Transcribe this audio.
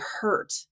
hurt